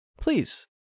Please